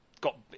got